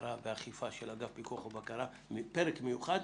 הבקרה והאכיפה של אגף פיקוח ובקרה עם פרק מיוחד